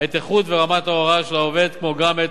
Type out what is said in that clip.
את האיכות והרמה של ההוראה של העובד כמו גם את